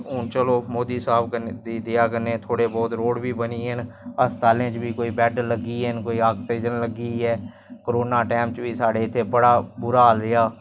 फिर ओह् फोन च दिंदे फिर ओह् अखबार च दिंदे भाई इयां नीं इयां होई दा ऐ अस लोक सुनने होन्ने आं फिर ते पैह्लै ते लोक इक